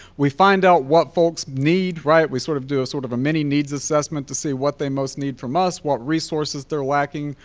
we find out what folks need, right, we sort of do a sort of a mini-needs assessment to see what they most need from us, what resources they're lacking,